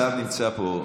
השר נמצא פה.